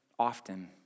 often